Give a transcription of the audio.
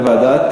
לוועדת